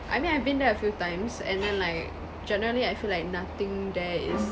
I mean I've been there a few times and then like generally I feel like nothing there is